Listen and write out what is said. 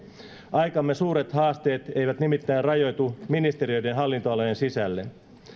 aikamme suuret haasteet eivät nimittäin rajoitu ministeriöiden hallintoalojen sisälle